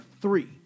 three